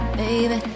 baby